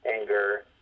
anger